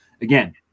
Again